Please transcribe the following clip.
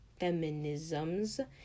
feminisms